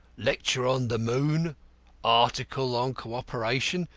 lecture on the moon article on cooperation.